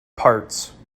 parts